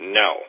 no